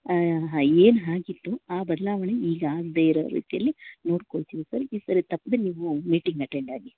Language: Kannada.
ಏನು ಆಗಿತ್ತು ಆ ಬದಲಾವಣೆ ಈಗ ಆಗದೇ ಇರೋ ರೀತಿಯಲ್ಲಿ ನೋಡ್ಕೊಳ್ತೀವಿ ಸರ್ ಈ ಸರಿ ತಪ್ದೆ ನೀವು ಮೀಟಿಂಗ್ ಅಟೆಂಡಾಗಿ